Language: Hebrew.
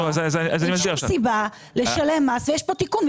אין סיבה לשלם מס ויש כאן תיקון.